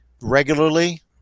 regularly